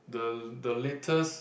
the the latest